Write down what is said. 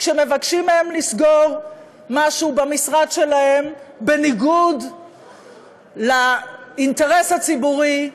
כשמבקשים מהם לסגור משהו במשרד שלהם בניגוד לאינטרס הציבורי,